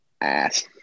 Ass